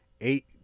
eight